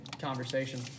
conversation